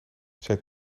zijn